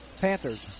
Panthers